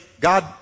God